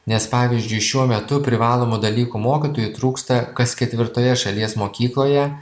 nes pavyzdžiui šiuo metu privalomų dalykų mokytojų trūksta kas ketvirtoje šalies mokykloje